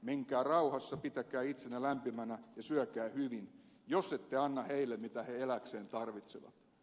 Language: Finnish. menkää rauhassa pitäkää itsenne lämpimänä ja syökää hyvin jos ette anna heille mitä he elääkseen tarvitsevat